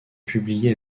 publiées